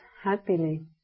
happily